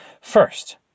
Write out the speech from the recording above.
First